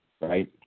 right